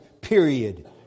period